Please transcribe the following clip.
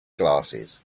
glasses